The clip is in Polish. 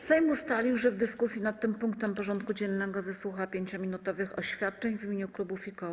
Sejm ustalił, że w dyskusji nad tym punktem porządku dziennego wysłucha 5-minutowych oświadczeń w imieniu klubów i koła.